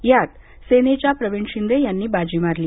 यात सेनेच्या प्रवीण शिंदे यांनी बाजी मारली